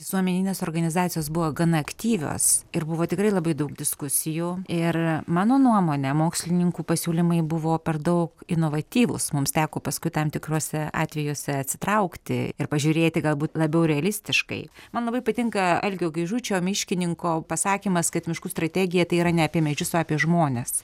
visuomeninės organizacijos buvo gana aktyvios ir buvo tikrai labai daug diskusijų ir mano nuomone mokslininkų pasiūlymai buvo per daug inovatyvūs mums teko paskui tam tikrose atvejuose atsitraukti ir pažiūrėti galbūt labiau realistiškai man labai patinka algio gaižučio miškininko pasakymas kad miškų strategija tai yra ne apie medžius o apie žmones